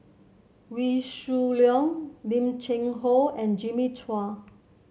Wee Shoo Leong Lim Cheng Hoe and Jimmy Chua